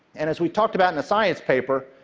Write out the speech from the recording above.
and as we talked about in a science paper,